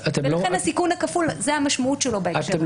לכן זו המשמעות בהקשר הזה של הסיכון הכפול.